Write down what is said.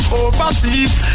overseas